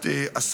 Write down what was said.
.